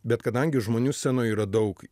bet kadangi žmonių scenoje yra daug